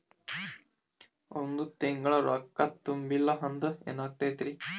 ಒಂದ ತಿಂಗಳ ರೊಕ್ಕ ತುಂಬಿಲ್ಲ ಅಂದ್ರ ಎನಾಗತೈತ್ರಿ?